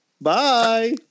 bye